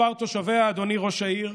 מספר תושביה, אדוני ראש העיר,